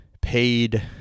paid